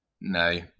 No